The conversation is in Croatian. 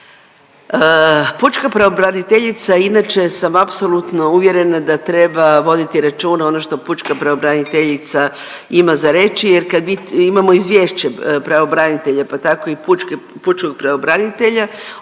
Pučka pravobraniteljica je inače sam apsolutno uvjerena da treba voditi računa ono što pučka pravobraniteljica ima za reći, jer kad mi imamo izvješće pravobranitelja, pa tako i pučkog pravobranitelja